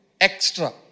extra